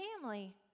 family